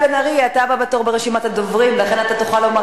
על שום תחנה, הוא הביא כדוגמה, הכול בסדר.